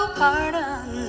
pardon